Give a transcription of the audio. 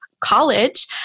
college